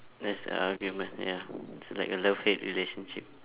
there's a argument ya so like a love hate relationship